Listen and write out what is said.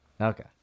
Okay